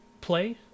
play